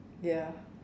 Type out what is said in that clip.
ya